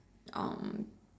um